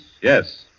Yes